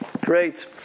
Great